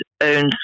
own